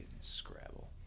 scrabble